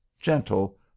gentle